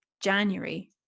January